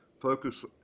Focus